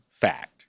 fact